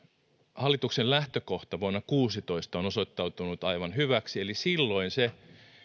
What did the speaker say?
hallituksen lähtökohta vuonna kuusitoista on osoittautunut aivan hyväksi eli silloin se